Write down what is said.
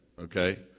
okay